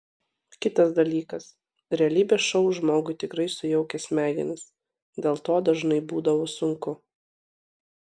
kitas dalykas realybės šou žmogui tikrai sujaukia smegenis dėl to dažnai būdavo sunku